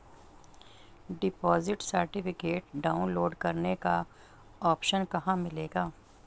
Deposit certificate download करने का option कहां मिलेगा?